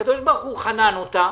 הקדוש ברוך הוא חנן אותה